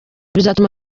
bizatuma